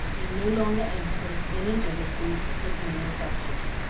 he no longer entertains any jealousy of his meaner subjects.